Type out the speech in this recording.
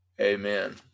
Amen